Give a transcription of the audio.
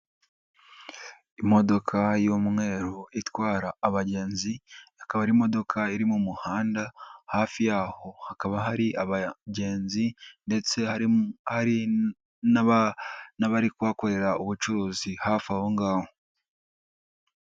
Imodoka y'umweru itwara abagenzi, akaba ari imodoka iri mu muhanda, hafi yaho hakaba hari abangenzi, ndetse hari n'abari kuhakorera ubucuruzi hafi aho ngaho.